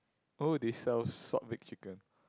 oh they sell salt baked chicken